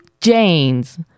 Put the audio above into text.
Janes